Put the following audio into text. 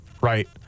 right